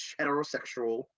heterosexual